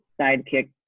sidekick